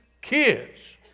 kids